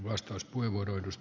arvoisa puhemies